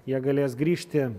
jie galės grįžti